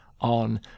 on